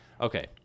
Okay